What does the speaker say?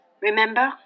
Remember